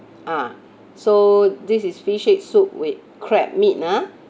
ah so this is fish head soup with crab meat ah